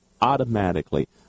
automatically